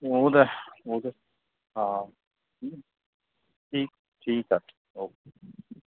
उहो त उहो त हा जी ठीकु आहे ओ के